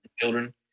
children